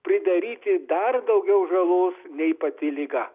pridaryti dar daugiau žalos nei pati liga